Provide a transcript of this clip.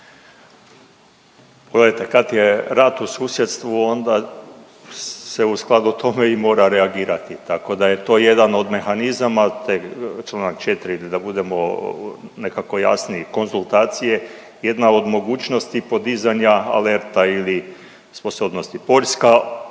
kad je rat u susjedstvu, onda se u skladu o tome i mora reagirati, tako da je to jedan od mehanizama te čl. 4, da budemo nekako jasniji, konzultacije, jedna od mogućnosti podizanja alerta ili sposobnosti. Poljska